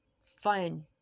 fun